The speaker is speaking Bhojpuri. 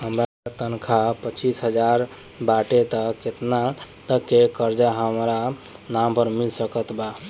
हमार तनख़ाह पच्चिस हज़ार बाटे त केतना तक के कर्जा हमरा नाम पर मिल सकत बा?